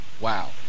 Wow